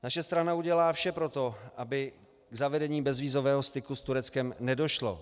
Naše strana udělá vše pro to, aby k zavedení bezvízového styku s Tureckem nedošlo.